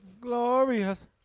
glorious